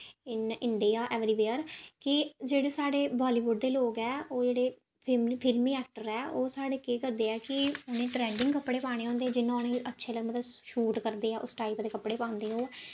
इन India everywhere कि जेह्ड़े साढ़े बॉलीबुड दे लोग ऐ ओह् जेह्ड़े फिल्मी ऐक्टर ऐ ओह् साढ़े केह् करदे ऐ कि उ'नें ट्रैंडिंग कपड़े पाने होंदे जियां उ'नेंगी अच्छे लग्गन शूट करदे ऐ उस टाईप दे कपड़े पांदे ओह्